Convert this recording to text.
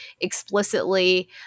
explicitly